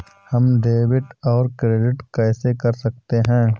हम डेबिटऔर क्रेडिट कैसे कर सकते हैं?